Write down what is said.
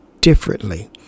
differently